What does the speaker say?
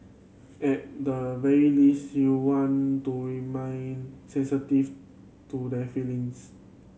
at the very least you want to remain sensitive to their feelings